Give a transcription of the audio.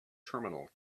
terminal